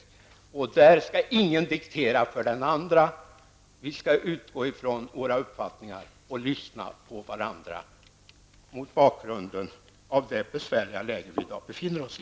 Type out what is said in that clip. Vid dessa överläggningar skall ingen diktera för de andra, utan det gäller att lyssna på varandra med tanke på det besvärliga läge som landet befinner sig i.